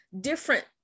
different